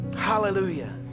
Hallelujah